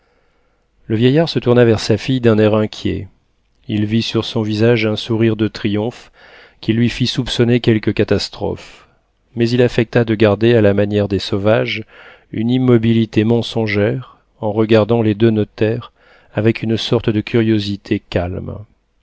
le vieillard se tourna vers sa fille d'un air inquiet il vit sur son visage un sourire de triomphe qui lui fit soupçonner quelque catastrophe mais il affecta de garder à la manière des sauvages une immobilité mensongère en regardant les deux notaires avec une sorte de curiosité calme